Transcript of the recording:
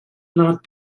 not